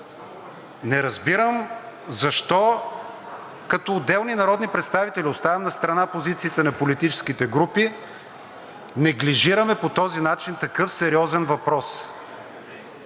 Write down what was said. Не разбирам защо, като отделни народни представители, оставям настрана позициите на политическите групи, неглижираме по този начин такъв сериозен въпрос.